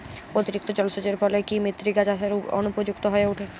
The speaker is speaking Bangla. অতিরিক্ত জলসেচের ফলে কি মৃত্তিকা চাষের অনুপযুক্ত হয়ে ওঠে?